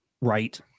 right